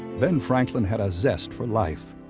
ben franklin had a zest for life,